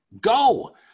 Go